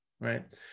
right